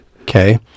okay